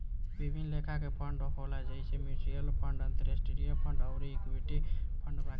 विभिन्न लेखा के फंड होला जइसे म्यूच्यूअल फंड, अंतरास्ट्रीय फंड अउर इक्विटी फंड बाकी